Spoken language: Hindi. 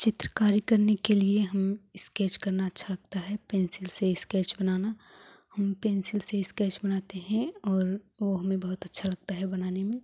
चित्रकारी करने के लिए हमें स्केच करना अच्छा लगता है पेंसिल से स्केच बनाना हम पेंसिल से स्केच बनाते हैं और वो हमें बहुत अच्छा लगता है बनाने में